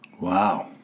Wow